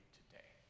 today